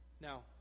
Now